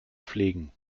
pflegen